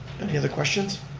any other questions?